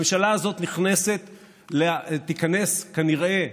הממשלה הזאת תיכנס כנראה לתפקידה,